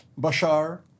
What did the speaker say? Bashar